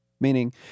meaning